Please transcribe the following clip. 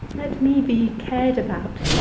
let me be cared about,